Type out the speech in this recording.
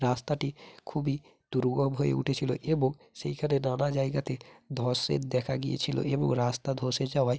রাস্তাটি খুবই দুর্গম হয়ে উঠেছিল এবং সেইখানে নানা জায়গাতে ধসের দেখা গিয়েছিল এবং রাস্তা ধসে যাওয়ায়